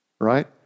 right